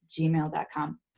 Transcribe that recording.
gmail.com